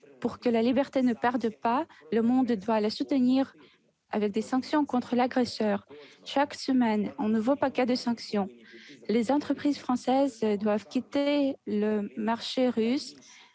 Pour que la liberté ne perde pas, le monde doit la soutenir avec des sanctions contre l'agresseur : chaque semaine, il faut un nouveau paquet de sanctions. Les entreprises françaises doivent quitter le marché russe